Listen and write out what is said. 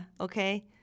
Okay